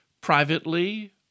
privately